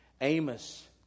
Amos